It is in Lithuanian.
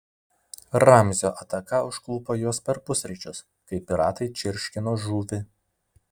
ramzio ataka užklupo juos per pusryčius kai piratai čirškino žuvį